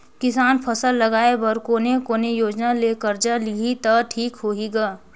किसान फसल लगाय बर कोने कोने योजना ले कर्जा लिही त ठीक होही ग?